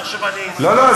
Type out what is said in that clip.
לא לא,